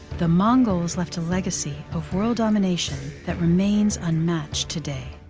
the mongols left a legacy of world domination that remains unmatched today.